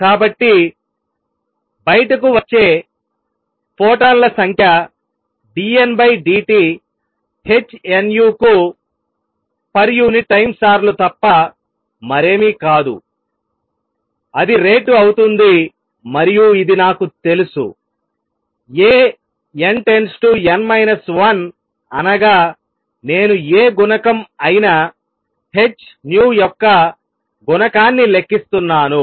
కాబట్టి బయటకు వచ్చే ఫోటాన్ల సంఖ్య d N d th nu కు పర్ యూనిట్ టైం సార్లు తప్ప మరేమీ కాదుఅది రేటు అవుతుంది మరియు ఇది నాకు తెలుసు A n →n 1 అనగా నేను A గుణకం అయిన h nu యొక్క గుణకాన్నిలెక్కిస్తున్నాను